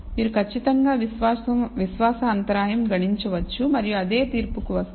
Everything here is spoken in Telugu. మీరు ఖచ్చితంగా విశ్వాస అంతరాయం గణించవచ్చు మరియు అదే తీర్పుకు వస్తారు